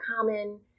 common